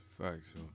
Facts